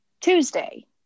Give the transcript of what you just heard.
Tuesday